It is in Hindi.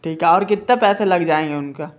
ठीक है और कितने पैसे लग जाएंगे उनका